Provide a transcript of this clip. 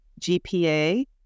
GPA